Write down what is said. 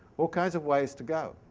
all kinds of ways to go.